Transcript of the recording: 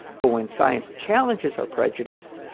but when science challenges our prejudice,